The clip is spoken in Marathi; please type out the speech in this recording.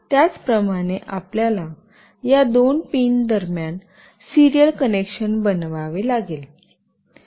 त्याचप्रमाणे आपल्याला या दोन पिन दरम्यान सिरीयल कनेक्शन बनवावे लागेल